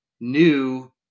new